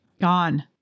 gone